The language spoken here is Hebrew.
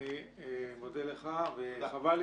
אני מודה לך וחבל לי,